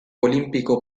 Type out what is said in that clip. olimpico